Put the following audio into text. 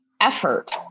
effort